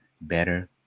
better